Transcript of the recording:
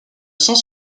sens